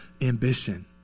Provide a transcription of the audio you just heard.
ambition